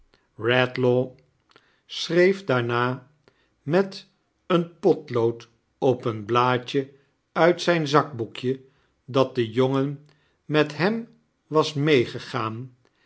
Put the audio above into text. schreef daarna met een potlood op een blaadje uit zijn zakboekje dat de jongen met hem was meegegaan